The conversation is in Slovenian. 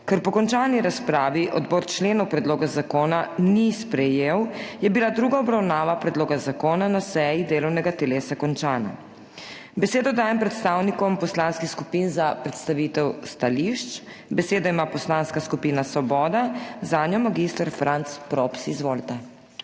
Ker po končani razpravi odbor členov predloga zakona ni sprejel, je bila druga obravnava predloga zakona na seji delovnega telesa končana. Besedo dajem predstavnikom poslanskih skupin za predstavitev stališč. Besedo ima Poslanska skupina Svoboda, zanjo mag. Franc Props. Izvolite.